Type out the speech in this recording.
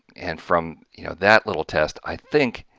and from you know that little test i think.